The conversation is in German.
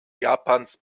japans